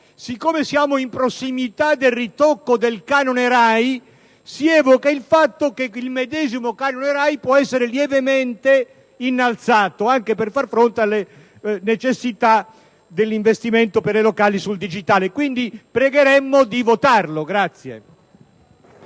siccome siamo in prossimità del ritocco del canone RAI, si evoca il fatto che il medesimo canone RAI può essere lievemente innalzato anche per far fronte alle necessità di investimento delle reti locali sul digitale. Pregheremmo, quindi, di